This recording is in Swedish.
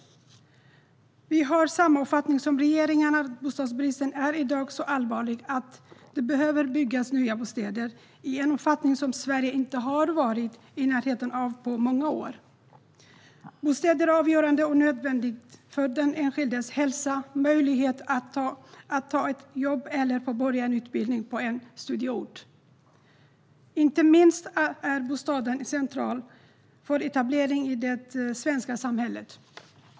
Vi har samma uppfattning som regeringen att bostadsbristen i dag är så allvarlig att det behöver byggas nya bostäder i en omfattning som Sverige inte har varit i närheten av på många år. Bostaden är avgörande och nödvändig för den enskildes hälsa och för möjligheten att ta ett jobb eller påbörja en utbildning på en studieort. Inte minst är bostaden central för etablering i det svenska samhället.